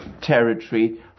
territory